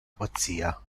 pazzia